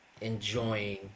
enjoying